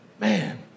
Man